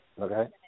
Okay